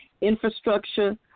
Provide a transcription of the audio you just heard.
infrastructure